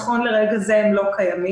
נכון לרגע זה הם לא קיימים.